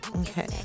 Okay